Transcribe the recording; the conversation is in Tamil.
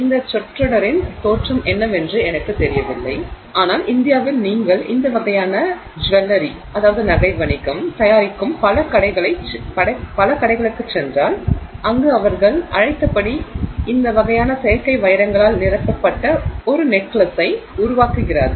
இந்த சொற்றொடரின் தோற்றம் என்னவென்று எனக்குத் தெரியவில்லை ஆனால் இந்தியாவில் நீங்கள் இந்த வகையான ஜெவெள்ளெரி தயாரிக்கும் பல கடைகளுக்குச் சென்றால் அங்கு அவர்கள் அழைத்தபடி இந்த வகையான செயற்கை வைரங்களால் நிரப்பப்பட்ட ஒரு நெக்லஸை உருவாக்குகிறார்கள்